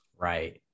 Right